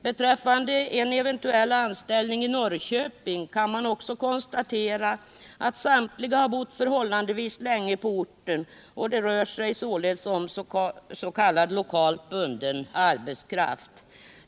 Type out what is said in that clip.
Beträffande en eventuell anställning i Norrköping kan man också konstatera att samtliga bott förhållandevis länge på orten; det rör sig således om s.k. lokalt bunden arbetskraft.